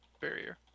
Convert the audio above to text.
barrier